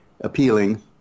appealing